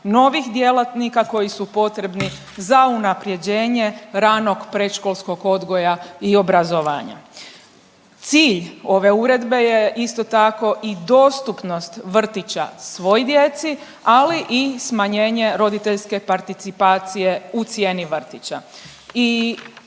novih djelatnika koji su potrebni za unaprjeđenje ranog predškolskog odgoja i obrazovanja. Cilj ove Uredbe je, isto tako i dostupnost vrtića svoj djeci, ali i smanjenje roditeljske participacije u cijeni vrtića